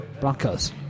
Broncos